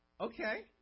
okay